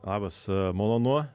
labas malonu